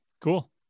Cool